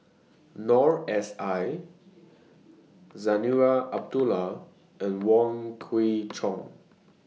Noor S I Zarinah Abdullah and Wong Kwei Cheong